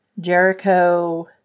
Jericho